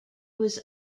was